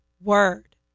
word